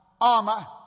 armor